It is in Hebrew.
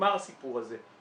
נגמר הסיפור הזה.